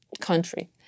country